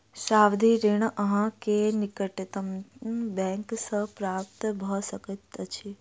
सावधि ऋण अहाँ के निकटतम बैंक सॅ प्राप्त भ सकैत अछि